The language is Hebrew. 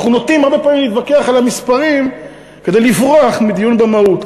אנחנו נוטים הרבה פעמים להתווכח על המספרים כדי לברוח מדיון במהות.